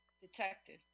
detective